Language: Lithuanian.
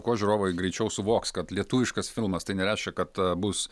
kuo žiūrovai greičiau suvoks kad lietuviškas filmas tai nereiškia kad bus